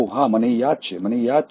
હા મને યાદ છે મને યાદ છે